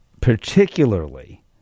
particularly